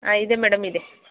ಹಾಂ ಇದೆ ಮೇಡಮ್ ಇದೆ